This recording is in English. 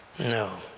no.